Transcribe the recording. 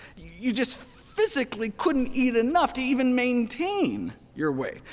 you just physically couldn't eat enough to even maintain your weight.